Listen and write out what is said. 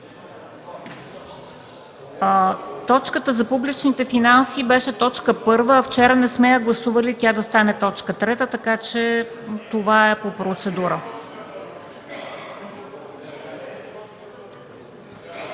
Точката за публичните финанси беше точка първа, но вчера не сме гласували тя да стане точка трета. Това е по процедурата.